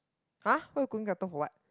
!huh! why you going katong for what